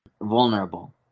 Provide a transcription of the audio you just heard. vulnerable